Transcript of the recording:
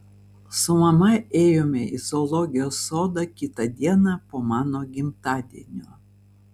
su mama ėjome į zoologijos sodą kitą dieną po mano gimtadienio